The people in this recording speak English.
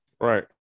right